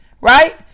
right